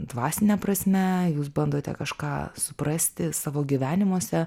dvasine prasme jūs bandote kažką suprasti savo gyvenimuose